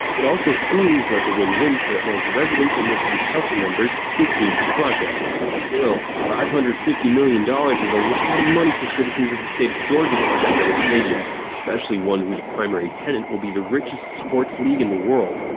it also seems like a win-win for atlanta residents and their city council members who approved the project. still, five hundred and fifty million dollars is a lot of money for citizens of the state of georgia to spend on a stadium, especially one whose primary tenant will be the richest sports league in the world.